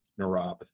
neuropathy